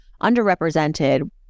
underrepresented